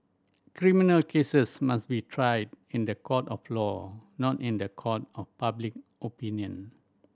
criminal cases must be tried in the court of law not in the court of public opinion